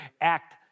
act